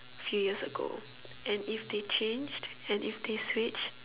few years ago and if they changed and if they switch